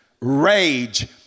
Rage